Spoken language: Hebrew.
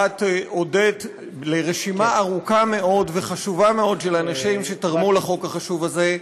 את הודית לרשימה ארוכה מאוד וחשובה מאוד של אנשים שתרמו לחוק החשוב הזה.